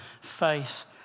faith